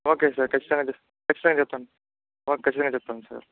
okay sir ఖచ్చితంగా తెస్తాను ఖచ్చితంగా తెస్తాను ఓకే ఖచ్చితంగా తెస్తాను సార్